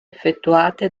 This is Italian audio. effettuate